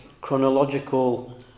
chronological